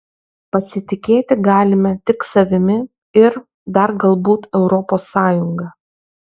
pasitikėti galime tik savimi ir dar galbūt europos sąjunga